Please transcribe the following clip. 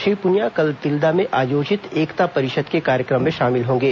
श्री पुनिया कल तिल्दा में आयोजित एकता परिषद के कार्यक्रम में शामिल होंगे